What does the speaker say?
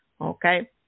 Okay